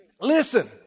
listen